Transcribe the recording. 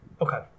Okay